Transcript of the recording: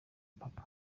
papa